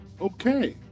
Okay